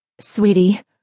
Sweetie